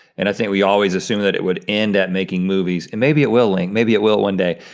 and i think we always assumed that it would end at making movies. and maybe it will link, maybe it will one day.